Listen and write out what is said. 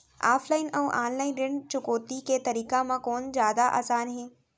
Offline अऊ online ऋण चुकौती के तरीका म कोन जादा आसान परही?